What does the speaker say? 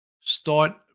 start